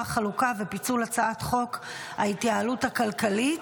חלוקה ופיצול הצעת חוק ההתייעלות הכלכלית,